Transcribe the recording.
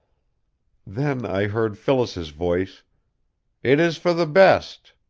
then i heard phyllis's voice it is for the best.